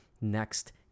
next